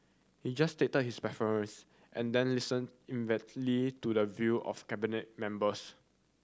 he just stated his preference and then listen inventively to the view of Cabinet members